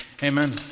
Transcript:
Amen